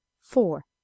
Four